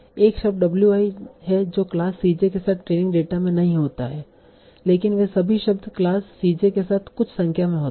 एक शब्द w i है जो क्लास c j के साथ ट्रेनिंग डेटा में नहीं होता है लेकिन वे सभी शब्द क्लास c j के साथ कुछ संख्या में होते हैं